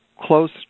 close